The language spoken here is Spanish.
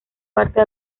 parte